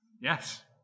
Yes